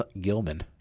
Gilman